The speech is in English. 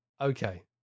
Okay